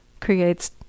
creates